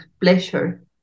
pleasure